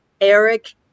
Eric